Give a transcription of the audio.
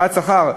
בעד שכר.